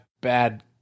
bad